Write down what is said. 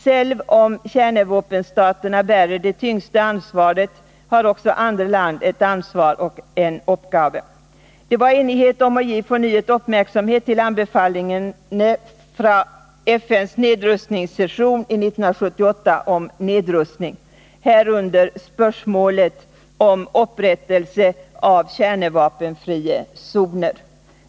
Selv om kjernevåpenstatene berer det tyngste ansvaret, har også andre land et ansvar og en oppgave. Det var enighet om å gi fornyet oppmerksomhet til anbefalingene fra FN's nedrustningssesjon i 1978 om nedrustning, herunder spörsmålet om opprettelse av kjernevåpen-frie soner.